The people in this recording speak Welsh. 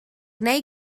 neu